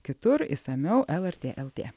kitur išsamiau lrt lt